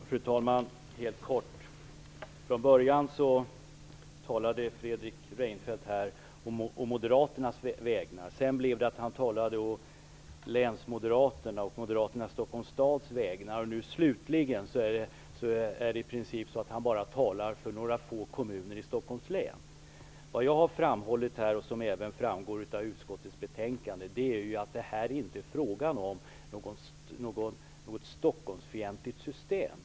Fru talman! Helt kort. Från början talade Fredrik Reinfeldt å Moderaternas vägnar. Sedan talade han för länsmoderaterna och å moderaternas i Stockholms stad vägnar. Slutligen talar han i princip bara för några få kommuner i Stockholms län. Det jag har framhållit här och som även framgår av utskottets betänkande är att detta inte är fråga om något Stockholmsfientligt system.